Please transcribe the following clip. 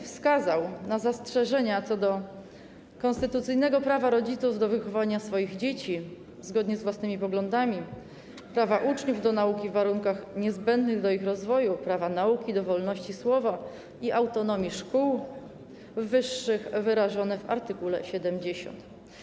Wskazał on na zastrzeżenia co do konstytucyjnego prawa rodziców do wychowania swoich dzieci zgodnie z własnymi poglądami, prawa uczniów do nauki w warunkach niezbędnych do ich rozwoju, prawa nauki do wolności słowa i autonomii szkół wyższych wyrażonej w art. 70.